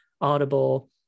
audible